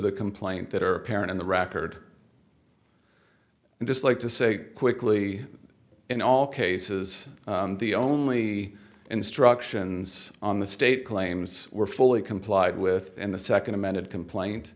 the complaint that are apparent in the record and just like to say quickly in all cases the only instructions on the state claims were fully complied with in the second amended complain